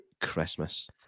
Christmas